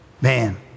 man